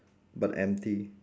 but empty